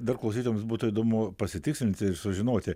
dar klausytojams būtų įdomu pasitikslinti ir sužinoti